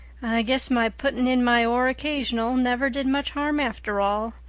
guess my putting in my oar occasional never did much harm after all.